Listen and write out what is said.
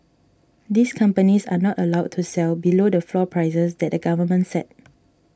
these companies are not allowed to sell below the floor prices that the government set